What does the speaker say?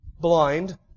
blind